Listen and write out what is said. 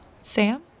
Sam